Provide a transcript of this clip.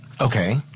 Okay